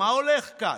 מה הולך כאן?